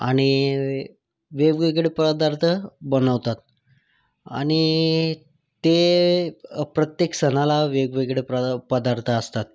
आणि वेगवेगळे पदार्थ बनवतात आणि ते प्रत्येक सणाला वेगवेगळे पदा पदार्थ असतात